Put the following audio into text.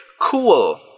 Cool